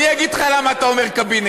אני אגיד לך למה אתה אומר קבינט,